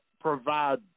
provide